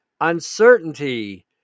uncertainty